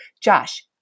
Josh